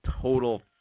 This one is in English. total